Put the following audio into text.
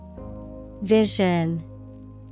Vision